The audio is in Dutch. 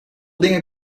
dingen